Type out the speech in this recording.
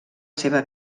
seva